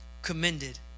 commended